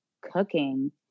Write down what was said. cooking